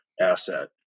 asset